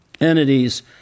entities